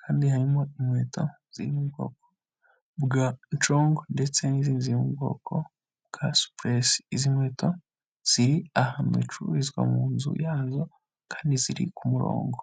kandi harimo inkweto ziri mu bwoko bwa congo ndetse n'izindi ziri mu bwoko bwa supurese. Izi nkweto ziri ahantu bacururiza mu nzu yazo kandi ziri ku murongo.